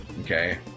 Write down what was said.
okay